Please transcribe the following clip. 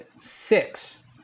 six